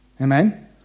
Amen